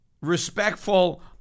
respectful